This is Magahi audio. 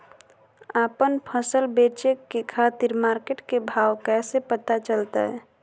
आपन फसल बेचे के खातिर मार्केट के भाव कैसे पता चलतय?